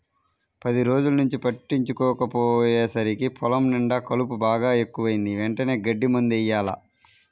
పది రోజుల్నుంచి పట్టించుకోకపొయ్యేసరికి పొలం నిండా కలుపు బాగా ఎక్కువైంది, వెంటనే గడ్డి మందు యెయ్యాల